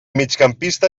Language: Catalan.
migcampista